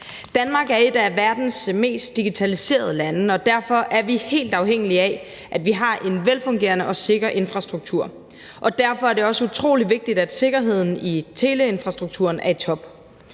Danmark et af verdens mest digitaliserede lande, og derfor er vi helt afhængige af, at vi har en velfungerende og sikker infrastruktur, og derfor er det også utrolig vigtigt, at sikkerheden i teleinfrastrukturen er i top.